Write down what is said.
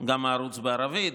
גם הערוץ בערבית,